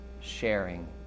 sharing